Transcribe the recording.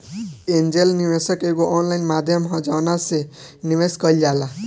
angel निवेशक एगो online माध्यम ह जवना से निवेश कईल जाला